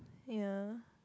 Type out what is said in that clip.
ya